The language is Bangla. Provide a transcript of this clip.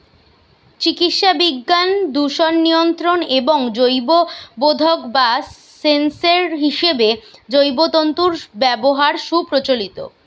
চিকিৎসাবিজ্ঞান, দূষণ নিয়ন্ত্রণ এবং জৈববোধক বা সেন্সর হিসেবে জৈব তন্তুর ব্যবহার সুপ্রচলিত